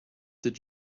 did